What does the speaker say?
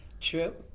True